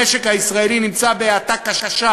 המשק הישראלי נמצא בהאטה קשה,